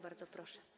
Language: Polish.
Bardzo proszę.